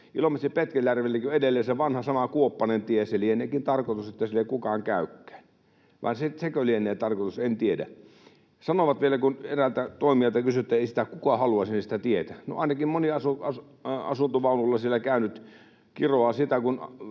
Ilomantsin Petkeljärvelläkin on edelleen se vanha sama kuoppainen tie. Se lieneekin tarkoitus, että siellä ei kukaan käykään — sekö lienee tarkoitus, en tiedä. Sanoivat vielä, kun eräältä toimijalta kysyttiin, että ei sinne kukaan halua sitä tietä. No ainakin moni asuntovaunulla siellä käynyt kiroaa sitä, kun